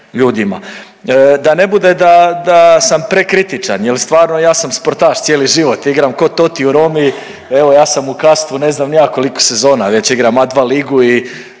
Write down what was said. ljudima. Da ne bude da, da sam prekritičan jer stvarno ja sam sportaš cijeli život igram ko Totti u Romi, evo ja sam u Kastvu ne znam ni ja koliko sezona već igram A2 ligu i